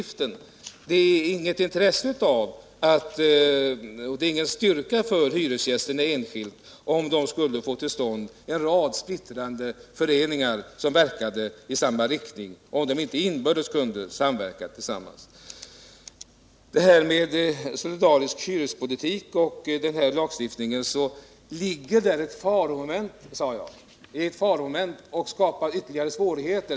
Den innebär ingen styrka för den enskilde hyresgästen, som inte har något intresse av att få 67 till ständ en rad splittrande föreningar som inte kan samverka inbördes. När det gäller den solidariska hyrespolitiken och denna lagstiftning så sade jag att där ligger ett faromoment som kan skapa ytterligare svårigheter.